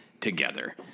together